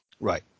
Right